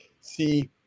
see